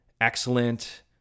excellent